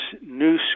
new